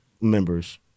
members